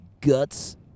guts